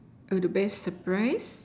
err the best surprise